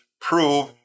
prove